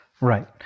Right